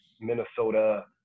Minnesota